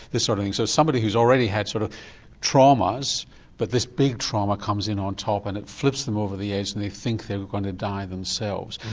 this sort of thing, so somebody who has already had sort of traumas but this big trauma comes in on top and it flips them over the edge and they think they are going to die themselves.